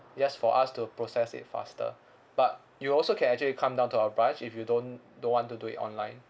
just for us to process it faster but you also can actually come down to our branch if you don't don't want to do it online